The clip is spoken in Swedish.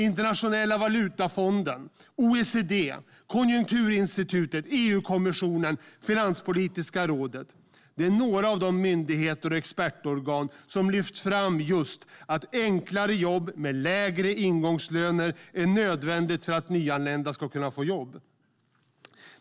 Internationella valutafonden, OECD, Konjunkturinstitutet, EU-kommissionen och Finanspolitiska rådet är några av de myndigheter och expertorgan som lyft fram just att enklare jobb med lägre ingångslöner är nödvändiga för att nyanlända ska kunna få jobb.